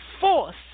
force